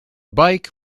bike